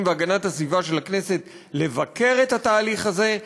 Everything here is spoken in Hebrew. והגנת הסביבה של הכנסת לבקר את התהליך הזה,